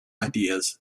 ideas